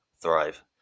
thrive